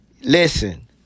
Listen